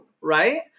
Right